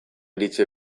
iritsi